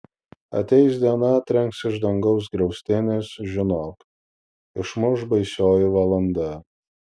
ateis diena trenks iš dangaus griaustinis žinok išmuš baisioji valanda